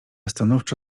stanowczo